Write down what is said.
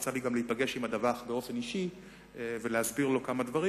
יצא לי להיפגש עם הדווח באופן אישי ולהסביר לו כמה דברים.